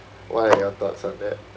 what are your thoughts on that